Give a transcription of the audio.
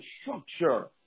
structure